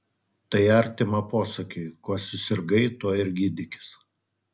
tai artima posakiui kuo susirgai tuo ir gydykis